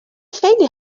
خیلی